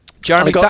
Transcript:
Jeremy